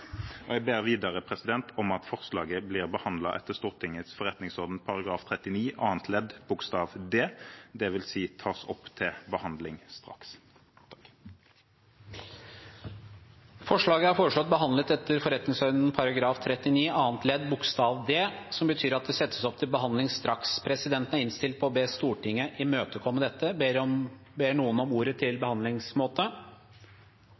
og 21, som nå er rettet opp. Jeg ber videre om at forslaget blir behandlet etter Stortingets forretningsorden § 39 annet ledd bokstav d, dvs. tas opp til behandling straks. Forslaget er foreslått behandlet etter forretningsordenens § 39 annet ledd bokstav d, som betyr at det settes opp til behandling straks. Presidenten er innstilt på å be Stortinget imøtekomme dette. Ber noen om ordet til